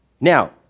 Now